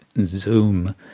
Zoom